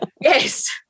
Yes